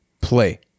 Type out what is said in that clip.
play